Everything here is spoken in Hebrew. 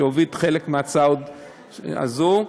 שהוביל חלק מההצעה הזאת.